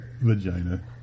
vagina